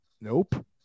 Nope